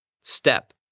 step